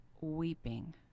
weeping